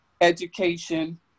education